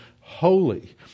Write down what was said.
holy